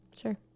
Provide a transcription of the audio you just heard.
sure